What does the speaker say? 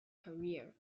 career